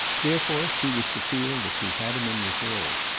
therefore she was to feel that she had him in reserve.